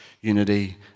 unity